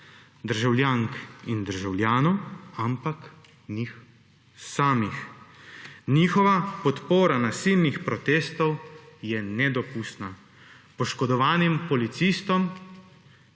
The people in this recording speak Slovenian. državljank in državljanov, ampak njih samih. Njihova podpora nasilnih protestov je nedopustna. Poškodovanim policistom,